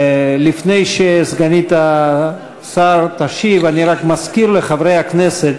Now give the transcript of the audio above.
לפני שסגנית השר תשיב, אני רק מזכיר לחברי הכנסת